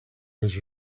was